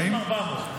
מצביעים כשרים.